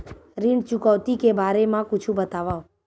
ऋण चुकौती के बारे मा कुछु बतावव?